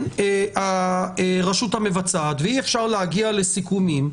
הרשות המבצעת ואי אפשר להגיע לסיכומים,